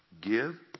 give